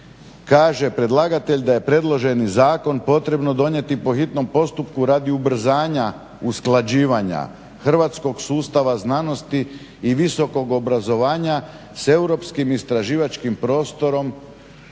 Kaže predlagatelj da je predloženi zakon potrebno donijeti po hitnom postupku radi ubrzanja usklađivanja hrvatskog sustava znanosti i visokog obrazovanja sa europskim istraživačkim prostorom